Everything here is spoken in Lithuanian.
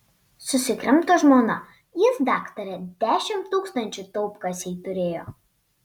susikrimto žmona jis daktare dešimt tūkstančių taupkasėj turėjo